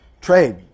trade